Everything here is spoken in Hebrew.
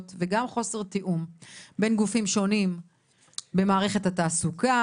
וגם חוסר תיאום בין גופים שונים במערכת התעסוקה,